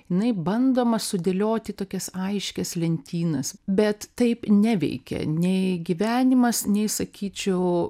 jinai bandoma sudėlioti į tokias aiškias lentynas bet taip neveikia nei gyvenimas nei sakyčiau